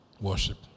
Worship